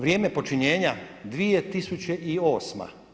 Vrijeme počinjenja 2008.